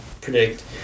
predict